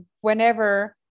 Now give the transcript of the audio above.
whenever